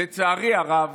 לצערי הרב